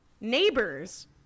Neighbors